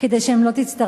אני לא צריכה